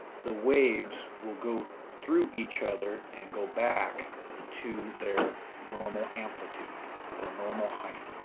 the waves will go through each other and go back to their normal amplitude or normal height.